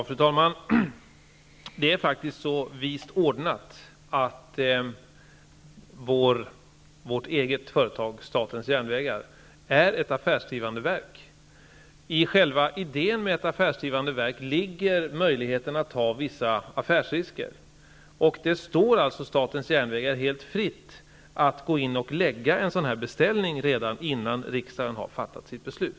Fru talman! Det är faktiskt så vist ordnat att vårt eget företag, statens järnvägar, är ett affärsdrivande verk. I själva idén med ett affärsdrivande verk ligger möjligheten att ta vissa affärsrisker. Det står alltså statens järnvägar helt fritt att gå in och lägga en sådan här beställning redan innan riksdagen har fattat sitt beslut.